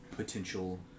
Potential